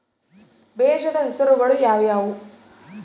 ಬೇಜದ ಹೆಸರುಗಳು ಯಾವ್ಯಾವು?